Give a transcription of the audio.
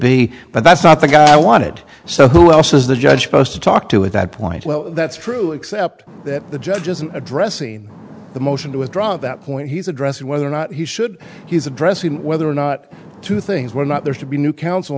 be but that's not the guy i wanted so who else is the judge posed to talk to at that point well that's true except that the judge isn't addressing the motion to withdraw at that point he's addressing whether or not he should he is addressing whether or not two things were not there to be new coun